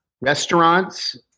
restaurants